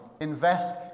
invest